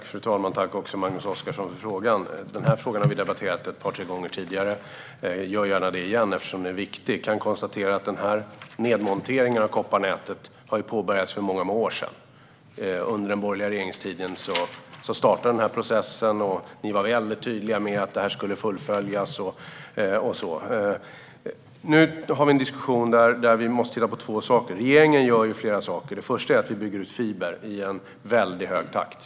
Fru talman! Jag tackar Magnus Oscarsson för frågan, som vi har debatterat ett par tre gånger tidigare. Jag debatterar den gärna igen, eftersom den är viktig. Jag kan konstatera att denna nedmontering av kopparnätet påbörjades för många år sedan. Processen startade under den borgerliga regeringstiden. Ni var mycket tydliga med att detta skulle fullföljas. Nu har vi en diskussion där vi måste titta på två saker. Regeringen gör flera saker. Det första är att vi bygger ut fiber i en mycket hög takt.